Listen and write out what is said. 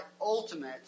ultimate